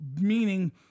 meaning